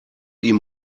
ihm